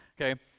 okay